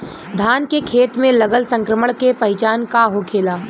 धान के खेत मे लगल संक्रमण के पहचान का होखेला?